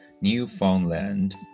Newfoundland